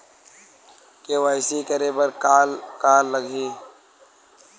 KYC करे बर का का लगही?